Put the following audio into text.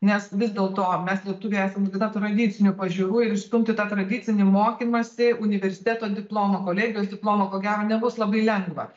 nes vis dėlto mes lietuviai esam gana tradicinių pažiūrų ir išstumti tą tradicinį mokymąsi universiteto diplomo kolegijos diplomo ko gero nebus labai lengva